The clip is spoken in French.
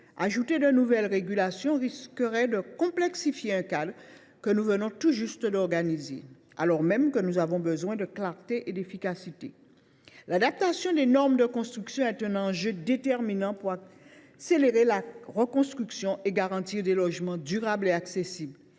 Ajouter de nouvelles régulations risquerait de complexifier un cadre que nous venons tout juste d’organiser, alors même que nous avons besoin de clarté et d’efficacité. L’adaptation des normes de reconstruction est un enjeu déterminant pour accélérer la reconstruction et garantir des logements durables et accessibles.